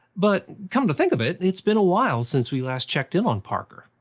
but come to think of it, it's been a while since we last checked in on parker.